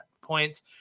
points